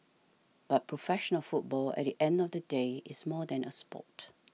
but professional football at the end of the day is more than a sport